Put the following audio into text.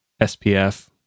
SPF